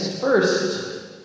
First